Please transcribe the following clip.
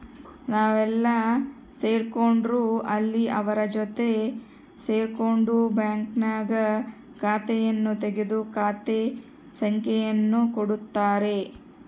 ನಾವೆಲ್ಲೇ ಸೇರ್ಕೊಂಡ್ರು ಅಲ್ಲಿ ಅವರ ಜೊತೆ ಸೇರ್ಕೊಂಡು ಬ್ಯಾಂಕ್ನಾಗ ಖಾತೆಯನ್ನು ತೆಗೆದು ಖಾತೆ ಸಂಖ್ಯೆಯನ್ನು ಕೊಡುತ್ತಾರೆ